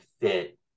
fit